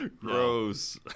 gross